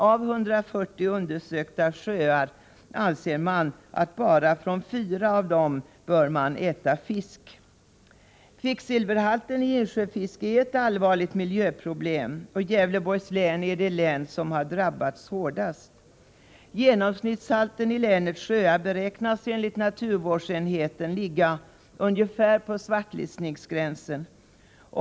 Av 140 undersökta sjöar visar sig bara 4 ha fisk som man bör kunna äta. Kvicksilverhalten i insjöfisk är ett allvarligt miljöproblem. Gävleborgs län är det län som drabbats hårdast. Genomsnittshalten i länets sjöar beräknas enligt naturvårdsenheten ungefär ligga på svartlistningsgränsen.